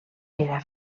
era